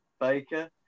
Baker